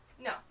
No